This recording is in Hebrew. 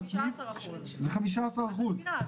15%. אני מבינה,